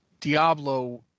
diablo